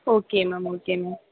okay ma'am okay ma'am